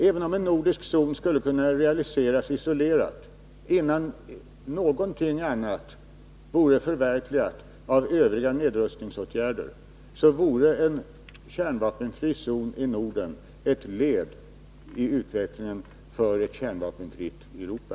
Även om en nordisk zon skulle kunna realiseras isolerat, innan någonting av övriga nedrustningsåtgärder är förverkligat, vore en kärnvapenfri zon i Norden ett led i den utveckling som syftar till ett kärnvapenfritt Europa.